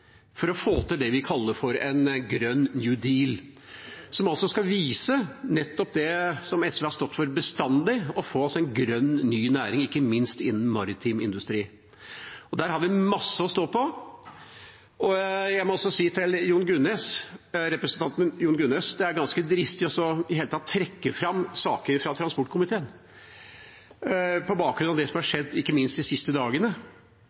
for å få til det vi kaller for en grønn «new deal», som altså skal vise nettopp det som SV har stått for bestandig, at vi kan få en grønn ny næring, ikke minst innen maritim industri. Der har vi masse å stå på. Jeg må også si til representanten Jon Gunnes at det er ganske dristig i det hele tatt å trekke fram saker fra transportkomiteen på bakgrunn av det som har skjedd, ikke minst de siste dagene.